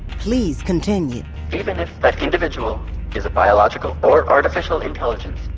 please, continue even if that individual is a biological or artificial intelligence,